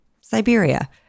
Siberia